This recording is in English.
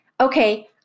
okay